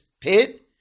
pit